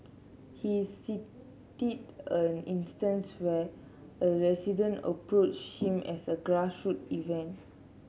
he a instance where a resident approach him at a event